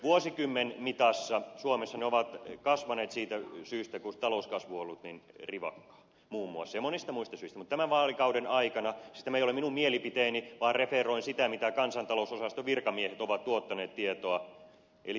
vuosikymmenmitassa suomessa ne ovat kasvaneet siitä syystä koska talouskasvu on ollut niin rivakkaa muun muassa ja monista muista syistä mutta tämän vaalikauden aikana siis tämä ei ole minun mielipiteeni vaan referoin sitä tietoa mitä kansantalousosaston virkamiehet ovat tuottaneet tuloerot ovat kaventuneet